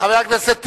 חבר הכנסת טיבי,